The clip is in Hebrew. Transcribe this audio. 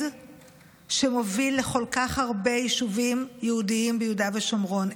שמוביל לכל כך הרבה יישובים יהודיים ביהודה ושומרון.